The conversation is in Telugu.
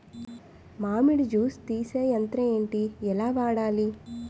మామిడి జూస్ తీసే యంత్రం ఏంటి? ఎలా వాడాలి?